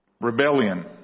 rebellion